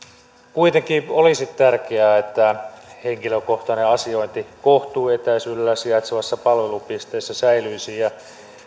kuitenkin olisi tärkeää että henkilökohtainen asiointi kohtuuetäisyydellä sijaitsevassa palvelupisteessä säilyisi ja